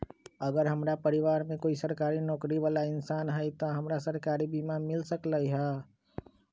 अगर हमरा परिवार में कोई सरकारी नौकरी बाला इंसान हई त हमरा सरकारी बीमा मिल सकलई ह?